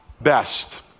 best